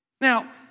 Now